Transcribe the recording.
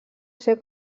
ser